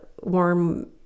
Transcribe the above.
warm